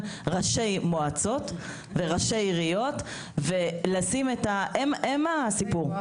ראשי מועצות וראשי עיריות כי הם הסיפור.